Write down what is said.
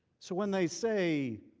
so when they say,